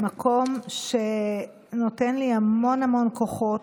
מקום שנותן לי המון המון כוחות,